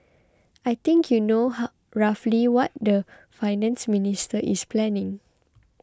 I think you know hum roughly what the Finance Minister is planning